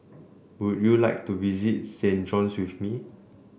would you like to visit Saint John's with me